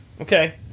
Okay